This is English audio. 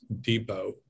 Depot